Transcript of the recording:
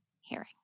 hearing